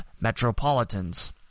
Metropolitans